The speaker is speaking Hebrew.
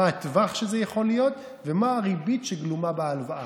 מה הטווח שזה יכול להיות ומה הריבית שגלומה בהלוואה.